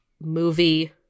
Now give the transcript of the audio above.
movie